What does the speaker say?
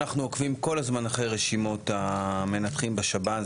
אנחנו עוקבים כל הזמן אחרי רשימות המנתחים בשב"ן.